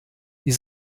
die